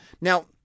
Now